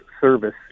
service